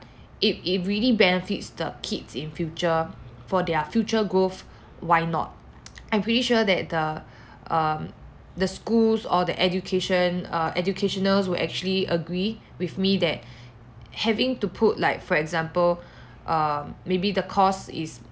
if it really benefits the kids in future for their future growth why not I'm pretty sure that the um the schools or the education err educationers will actually agree with me that having to put like for example uh maybe the cost is